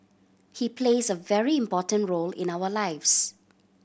he plays a very important role in our lives